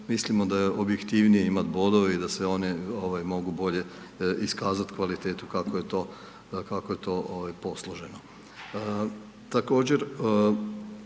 Mislimo da je objektivnije imati bodove i da se one mogu bolje iskazati kvalitetu kako je to posloženo.